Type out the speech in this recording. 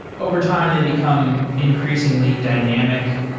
overtime, they become increasingly dynamic.